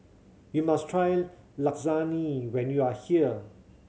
you must try Lasagne when you are here